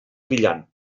brillant